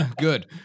Good